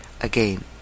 again